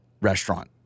restaurant